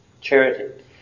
charity